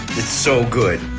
it's so good,